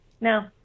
No